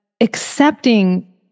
accepting